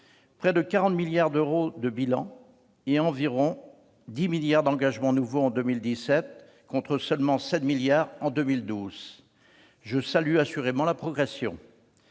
près de 40 milliards d'euros de bilan et environ 10 milliards d'euros d'engagements nouveaux en 2017, contre seulement 7 milliards d'euros en 2012. Je salue assurément cette progression.